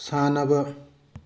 ꯁꯥꯟꯅꯕ